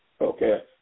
Okay